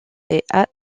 est